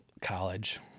college